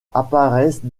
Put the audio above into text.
apparaissent